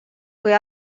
kui